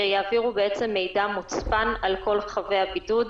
שבעצם יעבירו מידע מוצפן על כל חבי הבידוד,